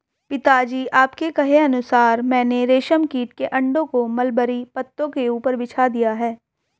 पिताजी आपके कहे अनुसार मैंने रेशम कीट के अंडों को मलबरी पत्तों के ऊपर बिछा दिया है